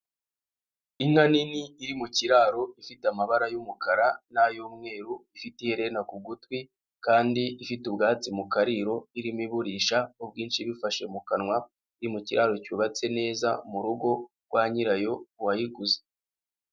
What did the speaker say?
Inka nini iri mu kiraro ifite amabara y'umukara n'ay'umweru ifite iherena ku gutwi kandi ifite ubwatsi mu kariro irimo iburisha ubwinshi ibufashe mu kanwa, iri mu kiraro cyubatse neza mu rugo rwa nyirayo uwayiguze.